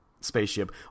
spaceship